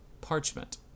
parchment